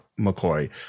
McCoy